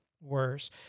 worse